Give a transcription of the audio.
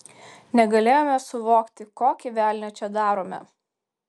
negalėjome suvokti kokį velnią čia darome